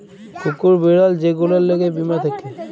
কুকুর, বিড়াল যে গুলার ল্যাগে বীমা থ্যাকে